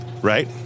right